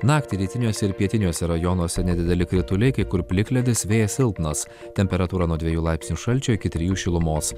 naktį rytiniuose ir pietiniuose rajonuose nedideli krituliai kai kur plikledis vėjas silpnas temperatūra nuo dvejų laipsnių šalčio iki trijų šilumos